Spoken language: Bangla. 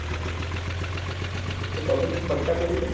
ও তো কত কী খরচা পড়বে